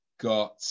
got